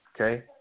Okay